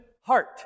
heart